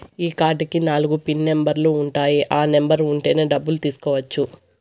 ఈ కార్డ్ కి నాలుగు పిన్ నెంబర్లు ఉంటాయి ఆ నెంబర్ ఉంటేనే డబ్బులు తీసుకోవచ్చు